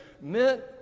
meant